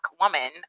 woman